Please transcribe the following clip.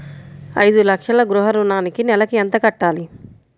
ఐదు లక్షల గృహ ఋణానికి నెలకి ఎంత కట్టాలి?